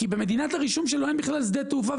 במדינת הרישום שלו אין בכלל שדה תעופה,